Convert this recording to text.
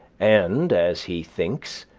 and, as he thinks,